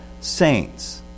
saints